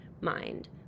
mind